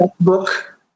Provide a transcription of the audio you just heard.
book